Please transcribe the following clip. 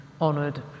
honoured